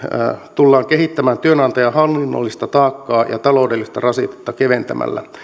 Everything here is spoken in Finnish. tullaan kehittämään työnantajan hallinnollista taakkaa ja taloudellista rasitetta keventämällä